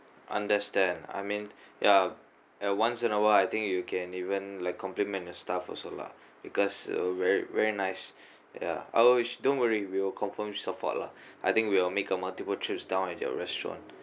understand I mean ya and once in a while I think you can even like compliment your staff also lah because very very nice ya I will don't worry we'll confirm support lah I think we'll make a multiple trips down at your restaurant